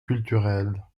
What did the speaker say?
culturelle